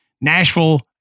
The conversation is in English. Nashville